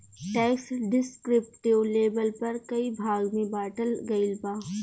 tax के descriptive label पर कई भाग में बॉटल गईल बा